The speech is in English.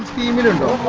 the middle